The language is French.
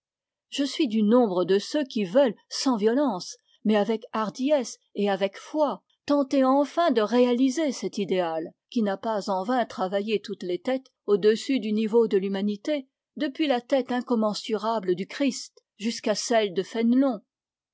je suis du nombre de ceux qui veulent sans violence mais avec hardiesse et avec foi tenter enfin de réaliser cet idéal qui n'a pas en vain travaillé toutes les têtes au-dessus du niveau de l'humanité depuis la tête incommensurable du christ jusqu'à celle de fénélon